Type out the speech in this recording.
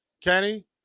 Kenny